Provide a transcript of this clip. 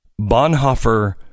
Bonhoeffer